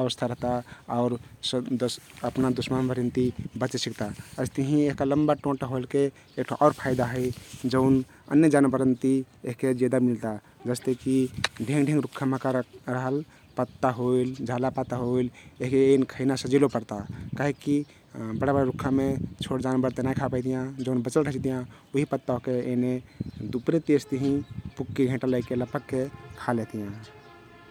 अवस्था रहता आउ अपना दुश्मन भरिन ति बचेसिक्ता । अइस्तहिं यहका लम्बा टोंटा होइलके एक ठो आउ फायदा हइ जउन अन्य जानबरनति यहके जेदा मिल्ता । जस्तेकी ढेंग ढेंग रुख्खा महका रहल पत्ता होइल, झालापाता होइल यहके एइन खैना सजिलो पर्ता काहिकी बड बड रुख्खामे छोट जानबर ते नाइ खा पइतियाँ । जउन बचल रैह जितियाँ उहि पत्ता ओहके एने दुपरेति अइस्नहिं पुग्के, घेंटा लइके खा लेहतियाँ ।